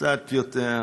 קצת יותר עוצמתית,